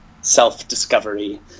self-discovery